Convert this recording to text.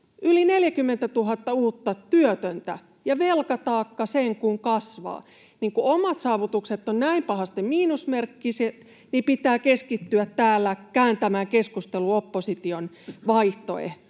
yli 40 000 uutta työtöntä, ja velkataakka sen kun kasvaa. Kun omat saavutukset ovat näin pahasti miinusmerkkiset, niin pitää keskittyä täällä kääntämään keskustelu opposition vaihtoehtoon.